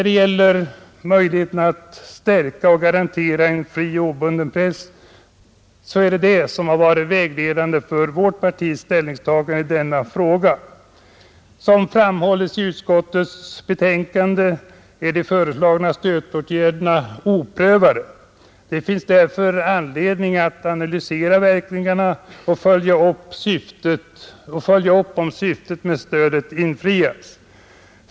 Det är viljan att stärka och garantera en fri och obunden press som varit vägledande för vårt partis ställningstagande i denna fråga. Som framhålles i utskottets betänkande är de föreslagna stödåtgärderna oprövade. Det finns därför anledning att analysera verkningarna och följa upp om syftet med stödet infrias.